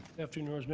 afternoon,